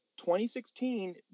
2016